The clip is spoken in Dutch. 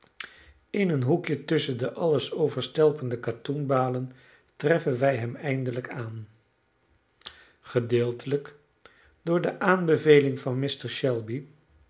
in een hoekje tusschen de alles overstelpende katoenbalen treffen wij hem eindelijk aan gedeeltelijk door de aanbeveling van mr